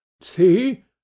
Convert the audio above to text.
See